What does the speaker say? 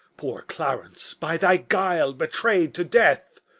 poor clarence, by thy guile betray'd to death!